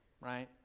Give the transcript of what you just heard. right